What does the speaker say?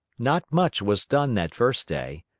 not much was done that first day.